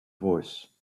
voice